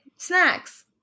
snacks